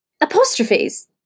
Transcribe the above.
Apostrophes